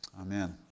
Amen